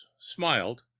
smiled